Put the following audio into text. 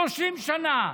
30 שנה.